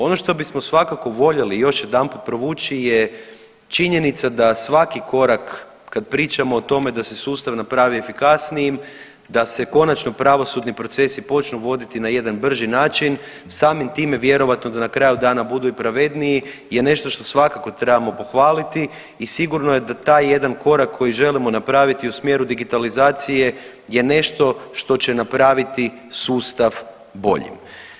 Ono što bismo svakako voljeli još jedanput provući je činjenica da svaki korak kad pričamo o tome da se sustav napravi efikasnijim da se konačno pravosudni procesi počnu voditi na jedan brži način, samim time vjerojatno da na kraju dana budu i pravedniji je nešto što svakako trebamo pohvaliti i sigurno je da taj jedan korak koji želimo napraviti u smjeru digitalizacije je nešto što će napraviti sustav boljim.